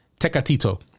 Tecatito